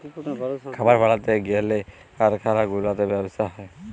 খাবার বালাতে গ্যালে কারখালা গুলাতে ব্যবসা হ্যয়